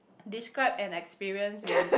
describe an experience when